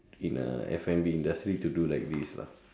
in a F&B industry to do this